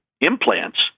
implants